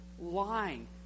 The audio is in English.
Lying